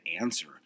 answer